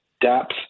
depth